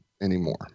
anymore